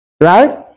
Right